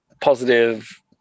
positive